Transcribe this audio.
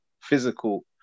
physical